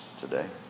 today